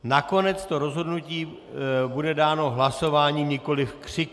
Nakonec to rozhodnutí bude dáno hlasováním, nikoliv křikem.